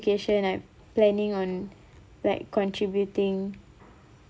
education I'm planning on like contributing